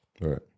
Right